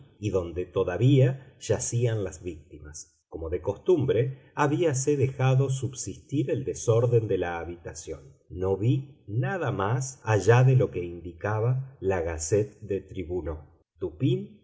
y donde todavía yacían las víctimas como de costumbre habíase dejado subsistir el desorden de la habitación no vi nada más allá de lo que indicaba la gazette des tribunaux dupín